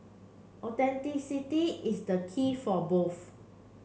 authenticity is the key for both